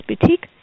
Boutique